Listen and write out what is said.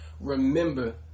Remember